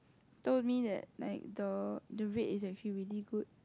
told me that like the the rate is actually really good